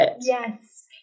yes